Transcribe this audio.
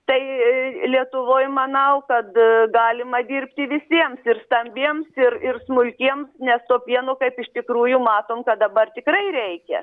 tai lietuvoj manau kad galima dirbti visiems ir stambiems ir ir smulkiems nes to pieno kaip iš tikrųjų matom dabar tikrai reikia